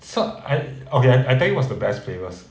suck I okay I tell you what's the best flavours